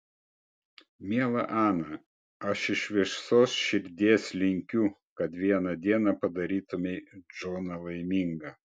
miela ana aš iš visos širdies linkiu kad vieną dieną padarytumei džoną laimingą